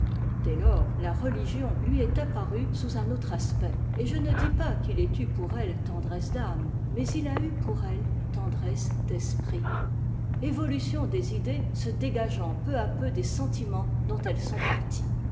dès lors la religion lui est apparue sous un autre aspect et je ne dis pas qu'il ait eu pour elle tendresse d'âme mais il a eu pour elle tendresse d'esprit évolution des idées se dégageant peu à peu des sentiments dont elles sont parties